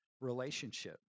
relationship